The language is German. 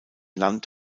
land